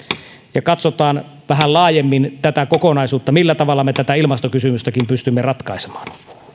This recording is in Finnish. ja katsotaan vähän laajemmin tätä kokonaisuutta millä tavalla me tätä ilmastokysymystäkin pystymme ratkaisemaan